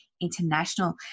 International